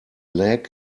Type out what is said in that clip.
leg